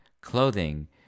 clothing